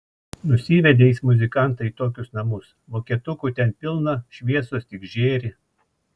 nusivedė jis muzikantą į tokius namus vokietukų ten pilna šviesos tik žėri